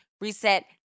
reset